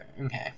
okay